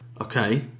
Okay